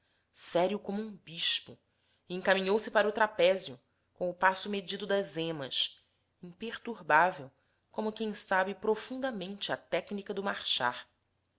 sério como um bispo e encaminhou-se para o trapézio com o passo medido das emas imperturbável como quem sabe profundamente a técnica do marchar